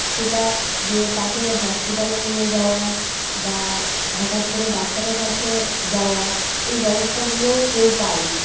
সেটা যে তাকে হসপিটালে নিয়ে যাওয়া বা হটাৎ করে ডাক্তারের কাছে যাওয়া এই ব্যবস্থাগুলোও কেউ পায় নি